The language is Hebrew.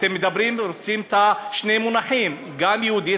אתם מדברים ורוצים שני מונחים: גם יהודית,